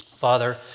Father